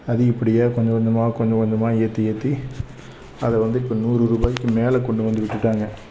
அதிகப்படியாக கொஞ்ச கொஞ்சமாக கொஞ்ச கொஞ்சமாக ஏற்றி ஏற்றி அதை வந்து இப்போ நூறு ரூபாய்க்கு மேலே கொண்டு வந்து விட்டுவிட்டாங்க